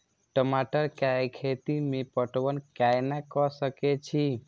टमाटर कै खैती में पटवन कैना क सके छी?